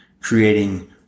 creating